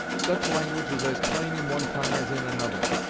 such language is as plain in one tongue as in another.